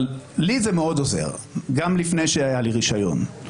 אבל לי זה מאוד עוזר, גם לפני שהיה לי רישיון.